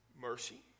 mercy